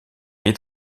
est